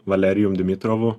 valerijum dimitrovu